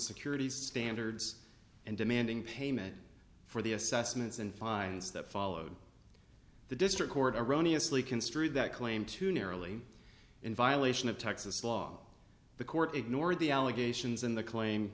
security standards and demanding payment for the assessments and finds that followed the district court erroneous lea construed that claim too narrowly in violation of texas law the court ignored the allegations in the claim